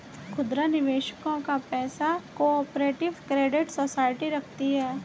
खुदरा निवेशकों का पैसा को ऑपरेटिव क्रेडिट सोसाइटी रखती है